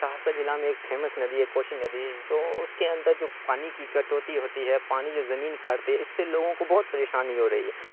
سہرسہ جلع میں ایک فیمس ندی ہے کوشی ندی جو اس کے اندر جو پانی کی کٹوتی ہوتی ہے پانی جو زمین کاٹتی ہے اس سے لوگوں کو بہت پریشانی ہو رہی ہے